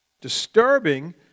disturbing